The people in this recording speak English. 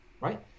right